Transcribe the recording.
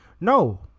No